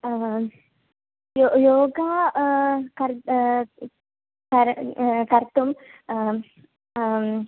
यो योगा कर् कर् कर्तुं